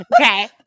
Okay